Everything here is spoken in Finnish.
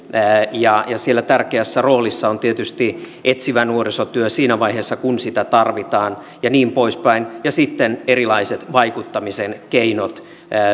ja siellä tärkeässä roolissa on tietysti etsivä nuorisotyö siinä vaiheessa kun sitä tarvitaan ja niin poispäin ja sitten erilaiset vaikuttamisen keinot